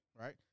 right